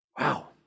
Wow